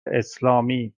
اسلامی